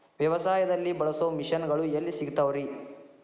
ವ್ಯವಸಾಯದಲ್ಲಿ ಬಳಸೋ ಮಿಷನ್ ಗಳು ಎಲ್ಲಿ ಸಿಗ್ತಾವ್ ರೇ?